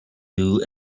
new